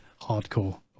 hardcore